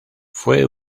fue